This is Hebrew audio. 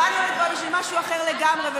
באנו לפה בשביל משהו אחר לגמרי.